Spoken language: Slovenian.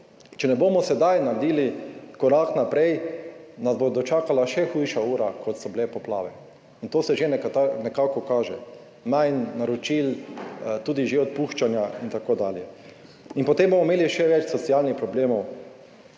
če ne bomo sedaj naredili korak naprej, nas bo dočakala še hujša ura, kot so bile poplave, in to se že nekako kaže, manj naročil, tudi že odpuščanja in tako dalje. In potem bomo imeli še več socialnih problemov,